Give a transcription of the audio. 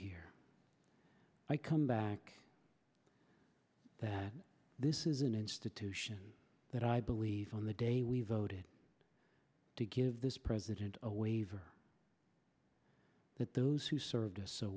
here i come back that this is an institution that i believe on the day we voted to give this president a waiver that those who served us so